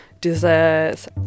desserts